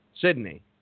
Sydney